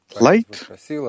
light